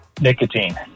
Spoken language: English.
Nicotine